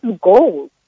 gold